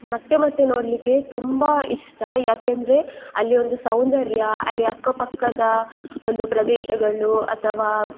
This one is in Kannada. ಮತ್ತೆ ಮತ್ತೆ ನೋಡಲಿಕ್ಕೆ ತುಂಬ ಇಷ್ಟ ಯಾಕೆಂದರೆ ಅಲ್ಲಿ ಒಂದು ಸೌಂದರ್ಯ ಅಲ್ಲಿ ಅಕ್ಕಪಕ್ಕದ ಒಂದು ಪ್ರದೇಶಗಳು ಅಥವಾ